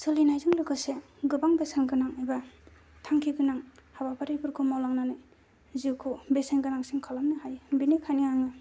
सोलिनायजों लोगोसे गोबां बेसेनगोनां एबा थांखिगोनां हाबाफारिफोरखौ मावलांनानै जिउखौ बेसेन गोनांसिन खालामनो हायो बिनिखायनो आङो